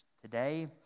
today